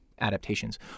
adaptations